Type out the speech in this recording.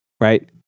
Right